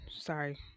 sorry